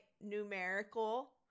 numerical